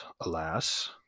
alas